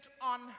on